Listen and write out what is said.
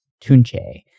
Tunche